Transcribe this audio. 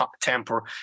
temper